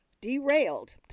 derailed